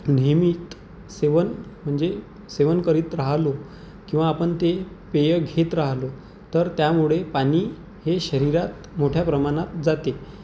नियमित सेवन म्हणजे सेवन करीत राहिलो किंवा आपण ते पेय घेत राहिलो तर त्यामुळे पाणी हे शरीरात मोठ्या प्रमाणात जाते